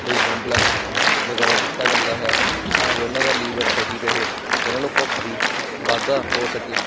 B complex ਵਗੈਰਾ ਦਿੱਤਾ ਜਾਂਦਾ ਹੈ ਤਾਂ ਜੋ ਉਹਨਾਂ ਦਾ ਲੀਵਰ ਸਹੀ ਰਹੇ ਅਤੇ ਉਹਨਾਂ ਨੂੰ ਭੁੱਖ ਦਾ ਵਾਧਾ ਹੋ ਸਕੇ